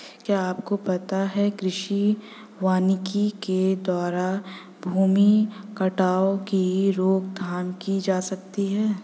क्या आपको पता है कृषि वानिकी के द्वारा भूमि कटाव की रोकथाम की जा सकती है?